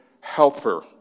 helper